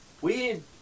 weird